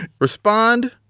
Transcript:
Respond